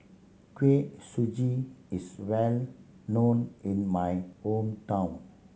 Kuih Suji is well known in my hometown